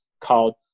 called